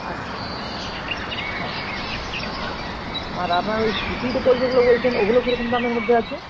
আচ্ছা হুম আচ্ছা হুম আচ্ছা আর আপনার ওই সুতির উপর যেগুলো বলছেন ওগুলো কী রকম দামের মধ্যে আছে